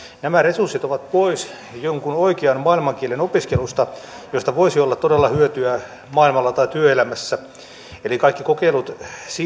nämä resurssit ovat pois jonkun oikean maailmankielen opiskelusta josta voisi olla todella hyötyä maailmalla tai työelämässä eli kaikki kokeilut